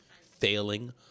failing